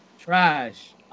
trash